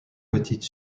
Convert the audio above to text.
petites